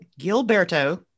Gilberto